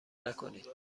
نکنید